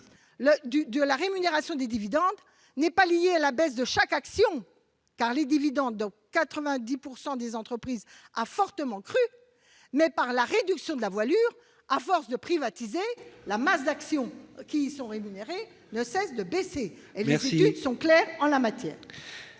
la rémunération des dividendes est liée non pas à la baisse de chaque action, car les dividendes ont fortement crû dans 90 % des entreprises, mais à la réduction de la voilure. À force de privatiser, la masse d'actions qui sont rémunérées ne cesse de baisser, et les études sont claires en la matière